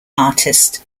artist